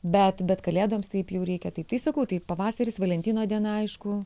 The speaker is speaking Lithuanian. bet bet kalėdoms taip jau reikia taip tai sakau tai pavasaris valentino diena aišku